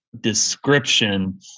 description